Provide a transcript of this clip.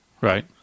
Right